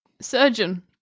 Surgeon